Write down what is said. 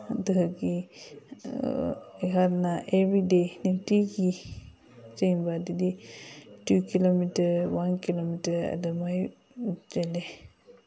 ꯑꯗꯒꯤ ꯑꯩꯍꯥꯛꯅ ꯑꯦꯕ꯭ꯔꯤꯗꯦ ꯅꯨꯡꯇꯤꯒꯤ ꯆꯦꯟꯕꯗꯗꯤ ꯇꯨ ꯀꯤꯂꯣꯃꯤꯇꯔ ꯋꯥꯟ ꯀꯤꯂꯣꯃꯤꯇꯔ ꯑꯗꯨꯃꯥꯏꯅ ꯆꯦꯜꯂꯦ